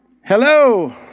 Hello